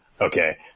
okay